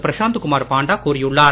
பிரஷாந்த் குமார் பாண்டா கூறியுள்ளார்